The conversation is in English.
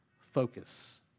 focus